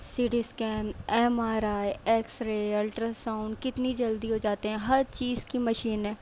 city scan M R I x ray ultrasound کتنی جلدی ہو جاتے ہیں ہر چیز کی مشین ہے